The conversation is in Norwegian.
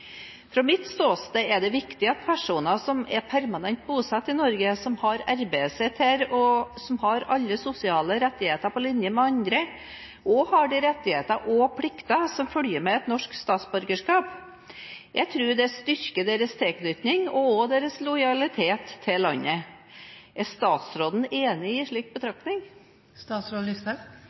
Fra mitt ståsted er det viktig at personer som er permanent bosatt i Norge, som har arbeidet sitt her, og som har alle sosiale rettigheter på linje med andre, også har de rettigheter og plikter som følger med et norsk statsborgerskap. Jeg tror det styrker deres tilknytning og også deres lojalitet til landet. Er statsråden enig i en slik betraktning?